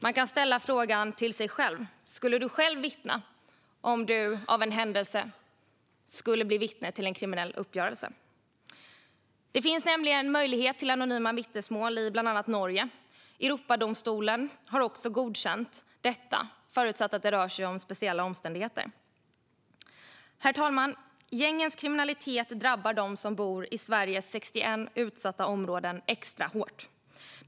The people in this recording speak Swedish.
Man kan ställa frågan till sig själv: Skulle du vittna om du av en händelse skulle bli vittne till en kriminell uppgörelse? Det finns möjlighet till anonyma vittnesmål i bland annat Norge. Europadomstolen har också godkänt detta, förutsatt att det rör sig om speciella omständigheter. Herr talman! Gängens kriminalitet drabbar dem som bor i Sveriges 61 utsatta områden extra hårt.